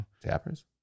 Tappers